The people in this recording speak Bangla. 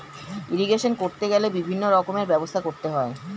ইরিগেশন করতে গেলে বিভিন্ন রকমের ব্যবস্থা করতে হয়